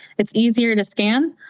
it's easier to scan,